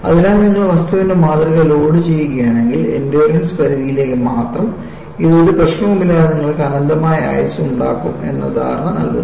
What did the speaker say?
അതിനാൽ നിങ്ങൾ വസ്തുവിൻറെ മാതൃക ലോഡു ചെയ്യുകയാണെങ്കിൽ എൻഡ്യൂറൻസ് പരിധിയിലേക്ക് മാത്രം ഇത് ഒരു പ്രശ്നവുമില്ലാതെ നിങ്ങൾക്ക് അനന്തമായ ആയുസ്സ് ഉണ്ടാകും എന്ന ധാരണ നൽകുന്നു